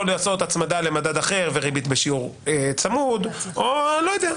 לעשות הצמדה למדד אחר וריבית בשיעור צמוד; או לא יודע,